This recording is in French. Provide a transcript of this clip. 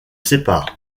séparent